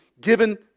given